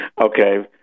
Okay